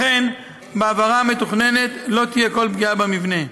לכן, בהעברה המתוכננת לא תהיה כל פגיעה במבנה.